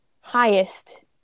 highest